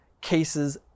cases